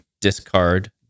discard